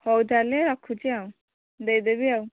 ହଉ ତାହେଲେ ରଖୁଛି ଆଉ ଦେଇଦେବି ଆଉ